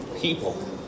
People